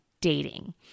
dating